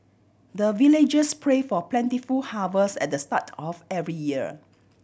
the villagers pray for plentiful harvest at the start of every year